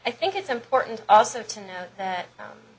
i think it's important also to know that